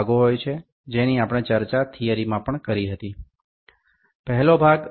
তো যেমন আমরা তাত্ত্বিক ভাবে আলোচনা করেছিলাম এর বিভিন্ন উপাদান রয়েছে